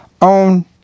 on